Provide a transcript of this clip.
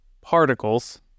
particles